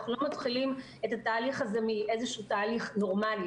אנחנו לא מתחילים את התהליך הזה מאיזשהו תהליך נורמלי,